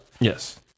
Yes